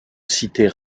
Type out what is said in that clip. cités